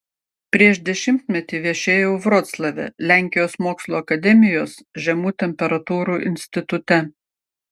prieš dešimtmetį viešėjau vroclave lenkijos mokslų akademijos žemų temperatūrų institute